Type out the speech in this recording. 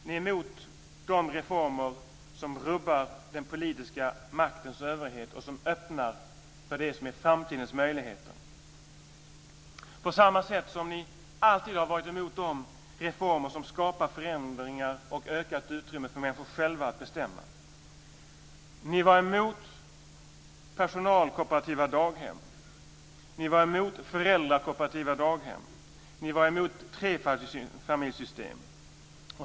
Ni är emot de reformer som rubbar den politiska maktens överhet och som öppnar för det som är framtidens möjligheter, på samma sätt som ni alltid har varit emot de reformer som skapar förändringar och ökat utrymme för människor själva att bestämma. Ni var emot personalkooperativa daghem. Ni var emot föräldrakooperativa daghem. Ni var emot trefamiljssystem.